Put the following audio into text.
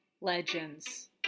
Legends